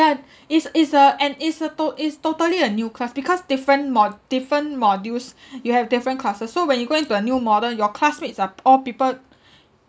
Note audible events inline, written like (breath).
but is is a and is a to~ is totally a new class because different mo~ different modules (breath) you have different classes so when you go into a new module your classmates are all people